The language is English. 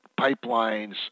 pipelines